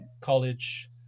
college